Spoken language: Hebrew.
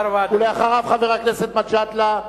ואחריו, חבר הכנסת מג'אדלה.